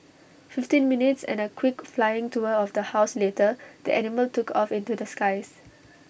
fifteen minutes and A quick flying tour of the house later the animal took off into the skies